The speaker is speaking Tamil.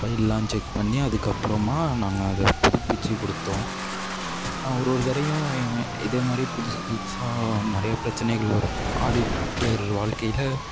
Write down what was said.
ஃபைல்லாம் செக் பண்ணி அதுக்கப்பறமாக நாங்கள் அதை புதுப்பித்து கொடுத்தோம் ஒரு ஒரு தரயும் இதே மாதிரி புதுசு புதுசாக நிறைய பிரச்சினைகள் வரும் ஆடிட்டர் வாழ்க்கையில்